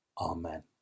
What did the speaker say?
Amen